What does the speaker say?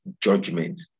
judgment